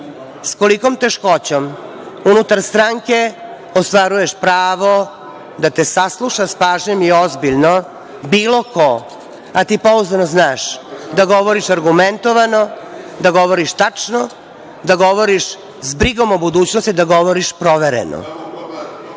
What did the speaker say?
kolikom teškoćom unutar stranke ostvaruješ pravo da te sasluša sa pažnjom i ozbiljno bilo ko, a ti pouzdano znaš da govoriš argumentovano, da govoriš tačno, da govoriš s brigom o budućnosti, da govoriš provereno.